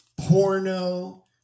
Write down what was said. porno